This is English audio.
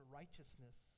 righteousness